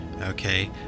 okay